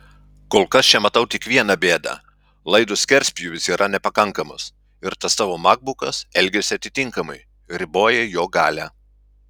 kol kas čia matau tik viena bėdą laido skerspjūvis yra nepakankamas ir tas tavo makbukas elgiasi atitinkamai riboja jo galią